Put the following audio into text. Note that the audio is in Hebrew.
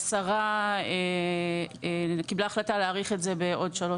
השרה קיבלה החלטה להאריך את זה בעוד שלוש